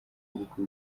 w’ubukwe